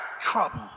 Trouble